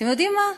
אתם יודעים מה?